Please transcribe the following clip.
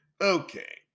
Okay